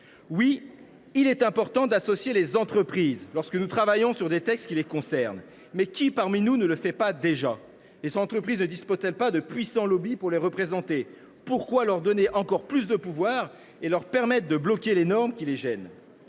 Oui, il est important d’associer les entreprises lorsque nous travaillons sur des textes qui les concernent. Cependant, qui parmi nous ne le fait pas déjà ? Les entreprises ne disposent elles pas de puissants lobbys pour les représenter ? Pourquoi leur donner encore plus de pouvoir et leur permettre de bloquer les normes qui les gênent ?